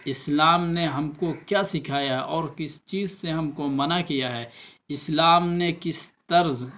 اسلام نے ہم کو کیا سکھایا ہے اور کس چیز سے ہم کو منع کیا ہے اسلام نے کس طرز